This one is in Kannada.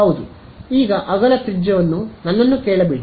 ಹೌದು ಈಗ ಅಗಲ ತ್ರಿಜ್ಯವನ್ನು ನನ್ನನ್ನು ಕೇಳಬೇಡಿ